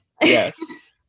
Yes